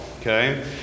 Okay